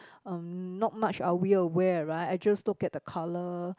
um not much are we aware right I just look at the colour